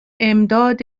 امداد